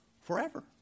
Forever